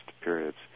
periods